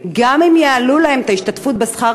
גם אם יעלו להם את ההשתתפות בשכר דירה,